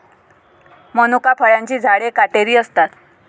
मनुका फळांची झाडे काटेरी असतात